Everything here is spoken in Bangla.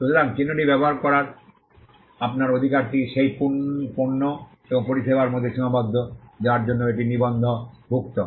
সুতরাং চিহ্নটি ব্যবহার করার আপনার অধিকারটি সেই পণ্য এবং পরিষেবার মধ্যে সীমাবদ্ধ যার জন্য এটি নিবন্ধভুক্ত